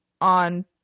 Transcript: on